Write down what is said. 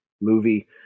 movie